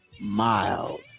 Miles